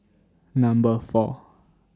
Number four